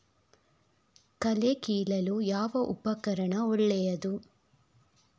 ಕಳೆ ಕೀಳಲು ಯಾವ ಉಪಕರಣ ಒಳ್ಳೆಯದು?